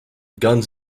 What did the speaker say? guns